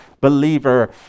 believer